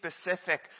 specific